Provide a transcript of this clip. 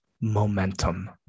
momentum